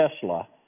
Tesla